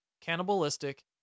Cannibalistic